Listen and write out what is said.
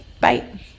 bye